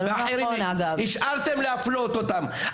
ואתם המשכתם להפלות אותם.